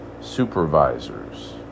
supervisors